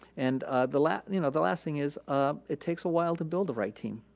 and the last and you know the last thing is um it takes a while to build the right team.